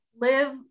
live